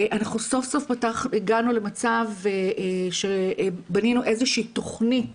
אנחנו סוף סוף הגענו למצב שבנינו איזו שהיא תכנית